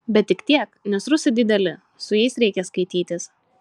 bet tik tiek nes rusai dideli su jais reikia skaitytis